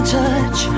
touch